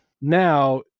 now